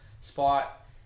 spot